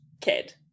kid